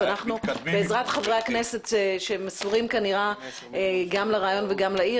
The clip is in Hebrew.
בעזרת חברי הכנסת שמסורים גם לרעיון וגם לעיר,